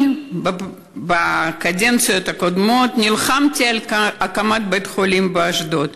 אני בקדנציות הקודמות נלחמתי על הקמת בית-חולים באשדוד.